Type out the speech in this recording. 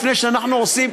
לפני שאנחנו עושים,